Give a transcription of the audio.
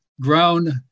Ground